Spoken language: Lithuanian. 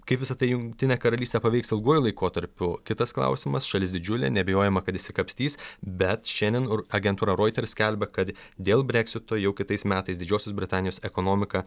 kaip visa tai jungtinę karalystę paveiks ilguoju laikotarpiu kitas klausimas šalis didžiulė neabejojama kad išsikapstys bet šiandien agentūra roiters skelbia kad dėl breksito jau kitais metais didžiosios britanijos ekonomika